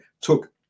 took